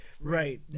right